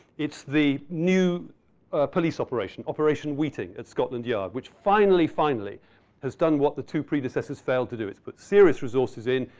it's the new police operation. operation weeting at scotland yard, which finally, finally has done what the two predecessors failed to do. it's put serious resources in.